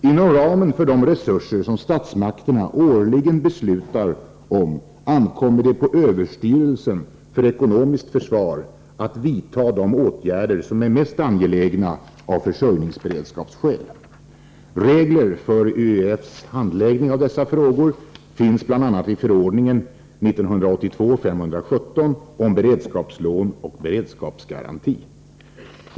Inom ramen för de resurser som statsmakterna årligen beslutar om ankommer det på överstyrelsen för ekonomiskt försvar att vidta de åtgärder som är mest angelägna av försörjningsberedskapsskäl. Regler för ÖEF:s handläggning av dessa frågor finns bl.a. i förordningen om beredskapslån och beredskapsgaranti.